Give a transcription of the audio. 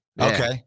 Okay